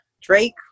Drake